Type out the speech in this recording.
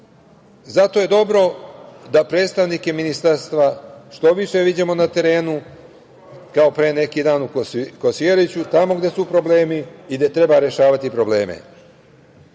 Zato je dobro da predstavnike Ministarstva što više viđamo na terenu, kao pre neki dan u Kosjeriću, tamo gde su problemi i gde treba rešavati probleme. Poštovane